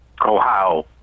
Ohio